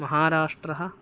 महाराष्ट्रः